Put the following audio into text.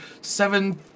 seven